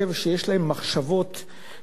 כל כך עמוקות, למה הם עשו את זה בנווה-שלום.